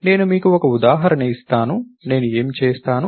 నేను మీకు ఒక ఉదాహరణ ఇస్తాను నేను ఏమి చేస్తాను